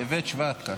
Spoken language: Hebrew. טבת, שבט.